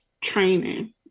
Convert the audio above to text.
training